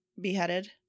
beheaded